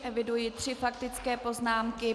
Eviduji tři faktické poznámky.